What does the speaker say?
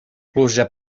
pluja